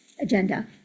agenda